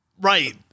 Right